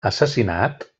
assassinat